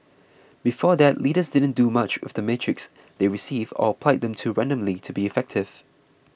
before that leaders didn't do much with the metrics they received or applied them too randomly to be effective